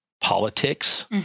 politics